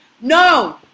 No